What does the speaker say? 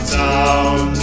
town